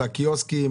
לקיוסקים?